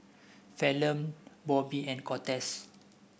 Falon Bobby and Cortez